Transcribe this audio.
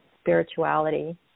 spirituality